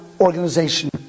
organization